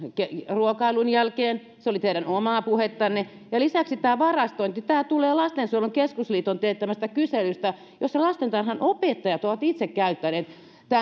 ruokailun jälkeen se oli teidän omaa puhettanne ja lisäksi oli tämä varastointi tämä tulee lastensuojelun keskusliiton teettämästä kyselystä jossa lastentarhanopettajat ovat itse käyttäneet